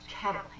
cattle